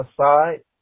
aside